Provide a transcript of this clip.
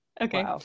okay